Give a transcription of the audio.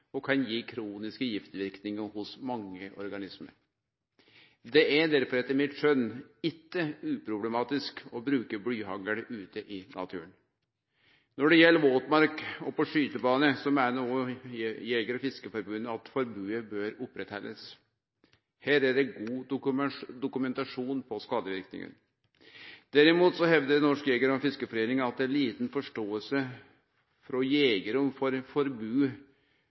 og kan gje kroniske giftverknader for mange organismar. Det er derfor etter mitt skjønn ikkje uproblematisk å bruke blyhagl ute i naturen. Når det gjeld våtmark og på skytebane meiner Norges Jeger- og Fiskerforbund at forbodet bør haldast i hevd. Her er det god dokumentasjon på skadeverknadene. Derimot hevdar Norges Jeger- og Fiskerforbund at det er lita forståing hos jegerane for